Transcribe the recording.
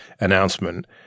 announcement